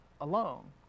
alone